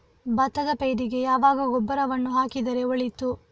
ಭತ್ತದ ಪೈರಿಗೆ ಯಾವಾಗ ಗೊಬ್ಬರವನ್ನು ಹಾಕಿದರೆ ಒಳಿತು?